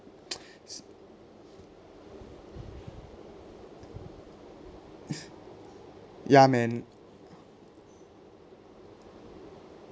ya man